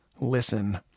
listen